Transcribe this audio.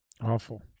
Awful